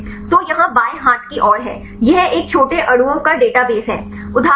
तो यहाँ बाएँ हाथ की ओर है यह एक छोटे अणुओं का डेटाबेस है